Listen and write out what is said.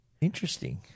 Interesting